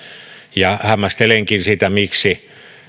hämmästelenkin sitä miksi